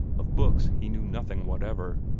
of books he knew nothing whatever,